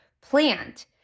plant